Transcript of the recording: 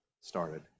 started